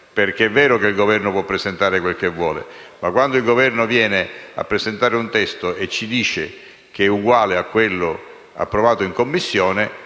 perché è vero che il Governo può presentare quello che vuole, ma quando il Governo viene a presentare un testo e ci dice che è uguale a quello approvato in Commissione,